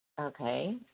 Okay